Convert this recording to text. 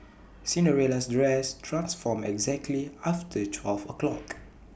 Cinderella's dress transformed exactly after twelve o'clock